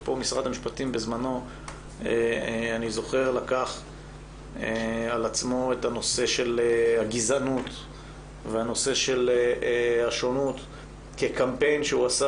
שבזמנו לקח על עצמו את הנושא של הגזענות והשונות כקמפיין שהוא עשה